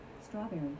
strawberry